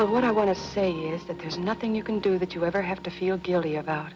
but what i want to say is that there's nothing you can do that you ever have to feel guilty about